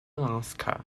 alaska